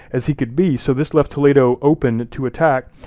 as he could be, so this left toledo open to attack.